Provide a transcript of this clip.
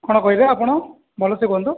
କ'ଣ କହିଲେ ଆପଣ ଭଲସେ କୁହନ୍ତୁ